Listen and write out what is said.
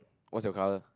what's your color